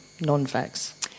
non-facts